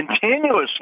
continuously